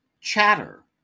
Chatter